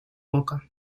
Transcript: boca